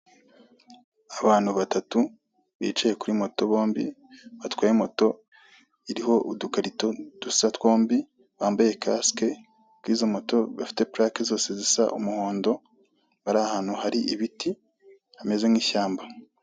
Abantu batatu bicaye kuri moto bombi batwaye moto iriho udukarito dusa twombi, bambaye kasike kuri izo moto bafite purake zose zisa umuhondo, bari ahantu hari ibiti hameze nk'ishyamba.